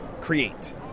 Create